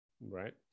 right